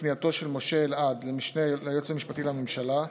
פנייתו של משה אלעד למשנה ליועץ המשפטי לממשלה.